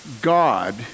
God